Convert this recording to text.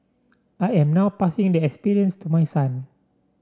I am now passing the experience to my son